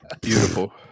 Beautiful